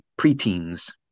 preteens